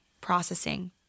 processing